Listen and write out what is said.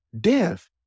death